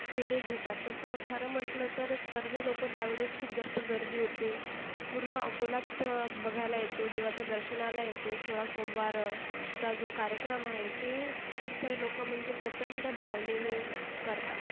फेरे घेतात तसं खरं म्हटलं तर सर्व लोकं त्यावेळेस खूप जास्त गर्दी होते पूर्ण अकोला तिथं बघायला येतो देवाच्या दर्शनाला येतो सोळा सोमवार चा जो कार्यक्रम आहे ते खूप सारे लोकं म्हणजे प्रचंड भावनेने करतात